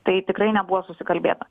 tai tikrai nebuvo susikalbėta